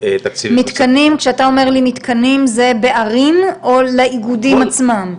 כשאתה אומר מתקנים, זה לערים או לאיגודים עצמם?